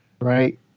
right